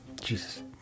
Jesus